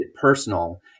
personal